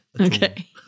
Okay